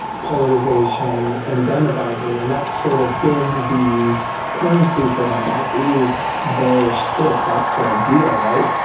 polarisation and demagoguery. and that's sort of been the currency for them, that is their schtick, that's their deal right?